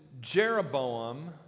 Jeroboam